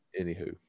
Anywho